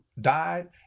died